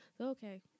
Okay